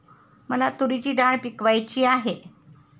मला तूरीची डाळ पिकवायची आहे